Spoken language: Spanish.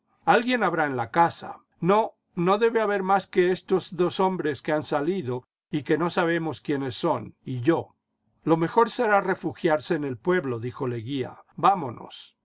alguien habrá en la casn no no debe haber más que estos dos hombres que han salido y que no sabemos quiénes son y yo lo mejor será refugiarse en el pueblo dijo leguia vamonos